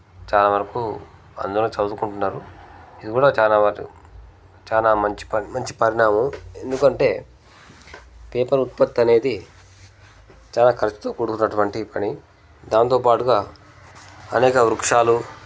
చాలా వరకు అందరు చదువుకుంటున్నారు ఇది కూడా చాలా మటుకు చానా మంచి మంచి పరిణామం ఎందుకంటే పేపర్ ఉత్పత్తి అనేది చాలా ఖర్చుతో కూడుకున్నటువంటి పని దాంతోపాటుగా అనేక వృక్షాలు